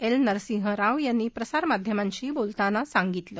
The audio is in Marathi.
एल नरसिंह राव यांनी प्रसारमाध्यमांशी बोलताना सांगितलं